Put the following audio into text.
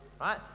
Right